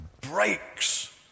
breaks